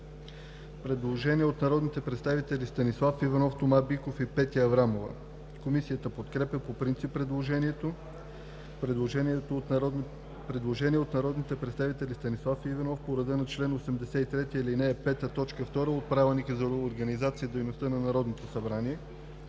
Предложение от народните представители Станислав Иванов, Тома Биков и Петя Аврамова. Комисията подкрепя по принцип предложението. Предложение от народния представител Станислав Иванов по реда на чл. 83, ал. 5, т. 2 от Правилника за организацията и дейността на Народното събрание.